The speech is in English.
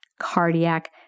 cardiac